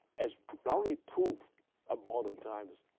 as not only proof of modern times,